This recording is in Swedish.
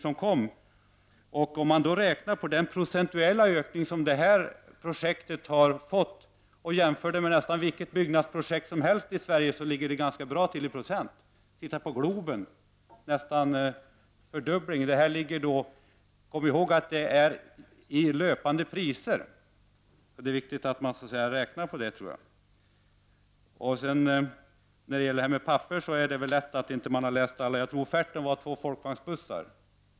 Om man då räknar på den procentuella ökning som projektet har genomgått och jämför med nästan vilket byggnadsprojekt som helst i Sverige, så finner man att projektet ändå ligger ganska bra till. Se på Globenprojektet, vars kostnad nästan fördubblades. Kom ihåg att detta projekt skall räknas i löpande priser! När det gäller frågan om handlingar tror jag faktiskt att offerten omfattade handlingar som rymdes i två Folkvagnsbussar.